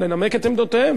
לנמק את עמדותיהן,